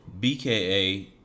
bka